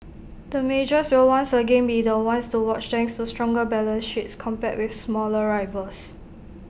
the majors will once again be the ones to watch thanks to stronger balance sheets compared with smaller rivals